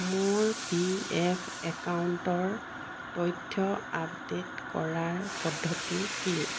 মোৰ পিএফ একাউণ্টৰ তথ্য আপডে'ট কৰাৰ পদ্ধতি কি